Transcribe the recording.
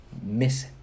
miss